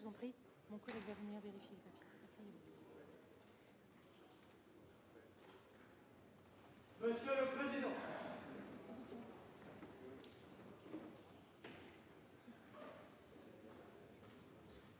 Monsieur le président,